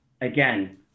again